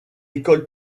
école